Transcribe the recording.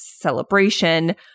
celebration